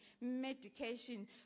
medication